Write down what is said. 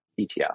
ETF